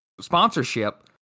sponsorship